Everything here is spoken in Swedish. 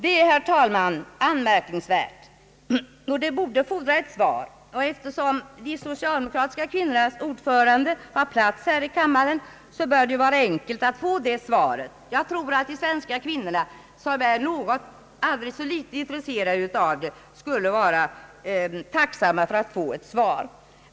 Det är, herr talman, anmärkningsvärt, och eftersom de socialdemokratiska kvinnornas ordförande har plats här i kammaren, bör det vara enkelt att få ett svar. Jag tror att alla svenska kvinnor, som är aldrig så litet intresserade av dessa frågor, skulle vara tacksamma för det svaret.